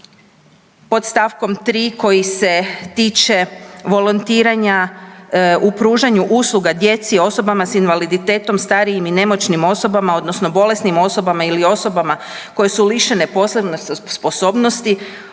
pod st. 3. koji se tiče volontiranja u pružanju usluga djeci i osobama s invaliditetom, starijim i nemoćnim osobama odnosno bolesnim osobama ili osobama koje su lišene poslovne sposobnosti